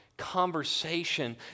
conversation